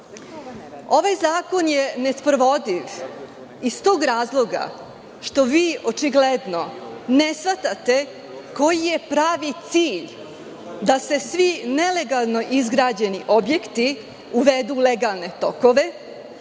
Ovaj zakon je nesprovodiv iz tog razloga što vi očigledno ne shvatate koji je pravi cilj da se svi nelegalno izgrađeni objekti uvedu u legalne tokove.